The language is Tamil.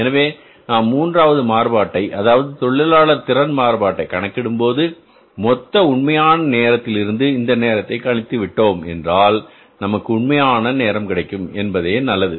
எனவே நாம் மூன்றாவது மாறுபாட்டை அதாவது தொழிலாளர் திறன் மாறுபாட்டை கணக்கிடும்போது மொத்த உண்மையான நேரத்தில் இருந்து இந்த நேரத்தை கழித்து விட்டோம் என்றால் நமக்கு உண்மையான நேரம் கிடைக்கும் என்பதே நல்லது